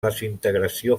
desintegració